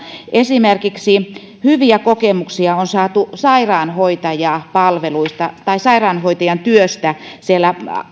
esimerkiksi hyviä kokemuksia on saatu sairaanhoitajapalveluista tai sairaanhoitajan työstä siellä